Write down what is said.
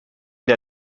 der